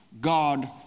God